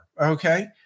okay